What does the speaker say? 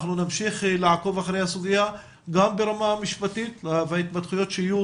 אנחנו נמשיך לעקוב אחרי הסוגיה גם ברמה המשפטית וההתפתחויות שיהיו,